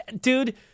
dude